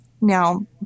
Now